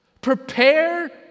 Prepare